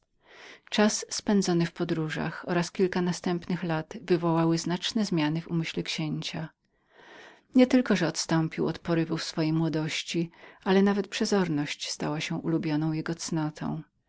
urząd sekretarza podróże i kilka ubiegłych lat zrządziły znaczne zmiany w umyśle księcia nie tylko że odstąpił od rozmarzonych obłędów swojej młodości ale nawet przezorność stała się ulubioną jego